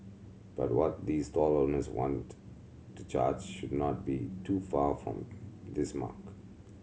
but what these stall owners want to charge should not be too far off this mark